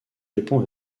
répond